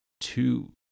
two